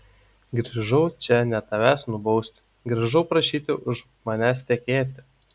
grįžau čia ne tavęs nubausti grįžau prašyti už manęs tekėti